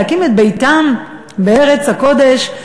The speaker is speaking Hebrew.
להקים את ביתם בארץ הקודש,